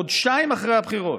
חודשיים אחרי הבחירות,